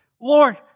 Lord